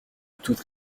toute